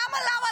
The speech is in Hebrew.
למה?